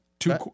Two